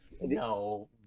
no